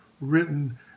written